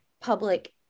public